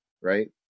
right